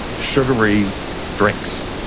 sugary drinks.